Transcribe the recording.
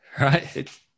Right